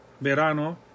verano